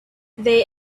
they